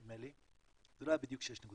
6.2, נדמה לי, זה לא היה בדיוק 6.2,